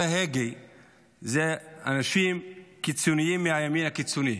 ההגה הם אנשים קיצוניים מהימין הקיצוני.